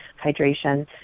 hydration